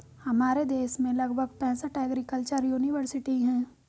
हमारे देश में लगभग पैंसठ एग्रीकल्चर युनिवर्सिटी है